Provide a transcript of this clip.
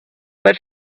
but